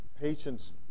patients